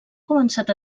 començat